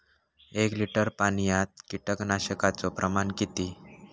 एक लिटर पाणयात कीटकनाशकाचो प्रमाण किती?